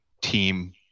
team